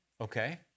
okay